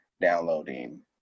downloading